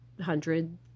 hundred